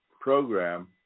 program